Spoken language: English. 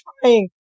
trying